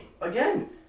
Again